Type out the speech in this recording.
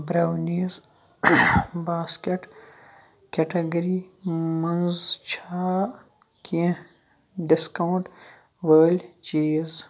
brownies basket category منٛز چھا کیٚنٛہہ ڈسکاونٛٹ وٲلۍ چیٖز